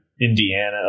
Indiana